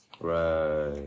Right